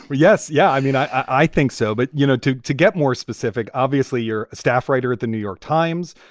yes. yeah. i mean, i think so. but, you know, to to get more specific. obviously, you're a staff writer at the new york times.